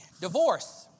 Divorce